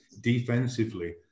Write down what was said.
defensively